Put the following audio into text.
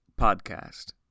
podcast